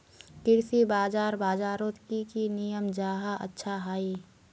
कृषि बाजार बजारोत की की नियम जाहा अच्छा हाई?